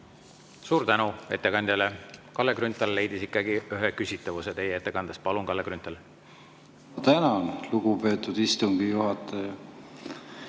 Suur tänu ettekandjale! Kalle Grünthal leidis ikkagi ühe küsitavuse teie ettekandes. Palun, Kalle Grünthal! Tänan, lugupeetud istungi juhataja!